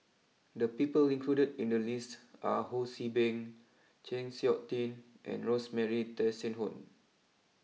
the people included in the list are Ho see Beng Chng Seok Tin and Rosemary Tessensohn